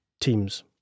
Teams